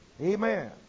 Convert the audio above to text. Amen